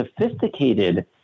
sophisticated